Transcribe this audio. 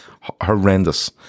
Horrendous